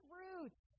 roots